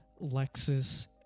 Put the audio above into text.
Lexus